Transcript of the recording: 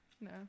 No